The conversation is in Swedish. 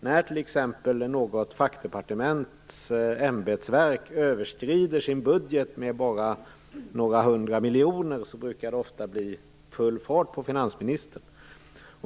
När t.ex. något fackdepartements ämbetsverk överskrider sin budget med bara några hundra miljoner brukar det ofta bli full fart på finansministern.